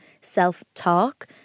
self-talk